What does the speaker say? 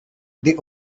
they